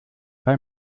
bei